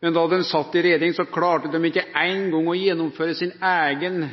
men da dei sat i regjering, klarte dei ikkje eingong å gjennomføre sin eigen